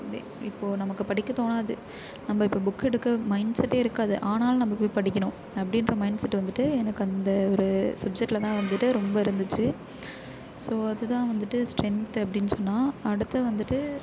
தே இப்போது நமக்கு படிக்க தோணாது நம்ப இப்ப புக் எடுக்க மைண்ட்செட்டே இருக்காது ஆனாலும் நம்ப போய் படிக்கணும் அப்படின்ற மைண்ட்செட் வந்துட்டு எனக்கு அந்த ஒரு சப்ஜக்டில் தான் வந்துட்டு ரொம்ப இருந்துச்ச ஸோ அது தான் வந்துட்டு ஸ்டென்த் அப்படின்னு சொன்னால் அடுத்த வந்துட்டு